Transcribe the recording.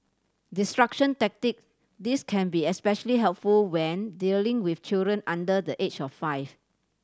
distraction tactic This can be especially helpful when dealing with children under the age of five